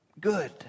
good